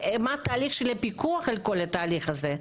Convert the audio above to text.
ומה תהליך הפיקוח על תהליך כזה?